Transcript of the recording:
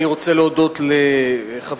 אני רוצה להודות לחברתי,